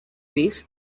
this